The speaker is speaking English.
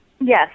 Yes